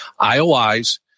IOIs